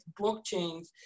blockchains